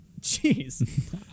Jeez